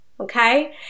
Okay